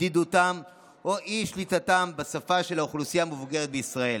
בדידותם או אי-שליטתם בשפה של בני האוכלוסייה המבוגרת בישראל,